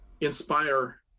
inspire